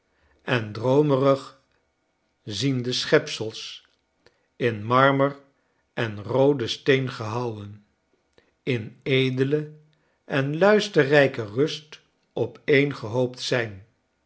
en droomerig ziende schepsels in marmer en rooden steen gehouwen in edele en luisterrijke rust opeengehoopt zijn